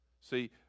See